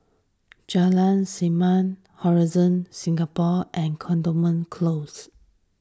Jalan Segam Horizon Singapore and Cantonment Close